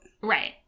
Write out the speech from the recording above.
Right